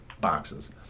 boxes